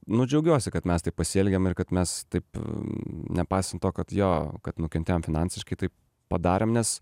nu džiaugiuosi kad mes taip pasielgėm ir kad mes taip nepaisant to kad jo kad nukentėjom finansiškai tai padarėm nes